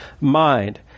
mind